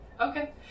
Okay